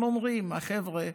הם אומרים, החבר'ה: